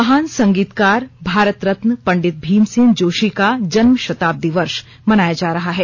महान संगीतकार भारत रत्न पंडित भीमसेन जोशी का जन्म शताब्दी वर्ष मनाया जा रहा है